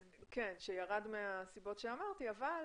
כן, שירד מהסיבות שאמרתי, אבל